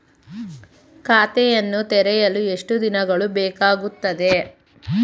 ಖಾತೆಯನ್ನು ತೆರೆಯಲು ಎಷ್ಟು ದಿನಗಳು ಬೇಕಾಗುತ್ತದೆ?